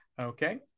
okay